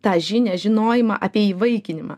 tą žinią žinojimą apie įvaikinimą